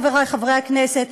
חברי חברי הכנסת,